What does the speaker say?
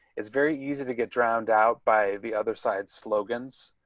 it's very easy to get drowned out by the other side slogans.